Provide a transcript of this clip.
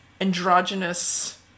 androgynous